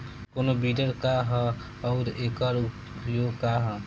कोनो विडर का ह अउर एकर उपयोग का ह?